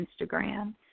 Instagram